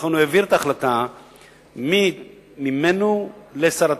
ולכן הוא העביר את ההחלטה ממנו לשר התחבורה,